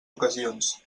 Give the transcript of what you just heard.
ocasions